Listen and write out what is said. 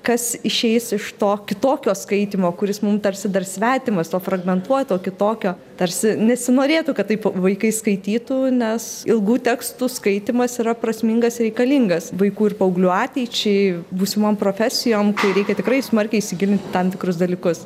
kas išeis iš to kitokio skaitymo kuris mum tarsi dar svetimas o fragmentuoto kitokio tarsi nesinorėtų kad taip vaikai skaitytų nes ilgų tekstų skaitymas yra prasmingas reikalingas vaikų ir paauglių ateičiai būsimom profesijom kai reikia tikrai smarkiai įsigilinti į tam tikrus dalykus